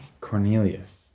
Cornelius